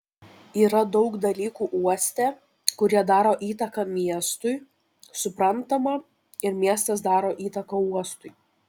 yra daug dalykų uoste kurie daro įtaką miestui suprantama ir miestas daro įtaką uostui